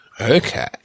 okay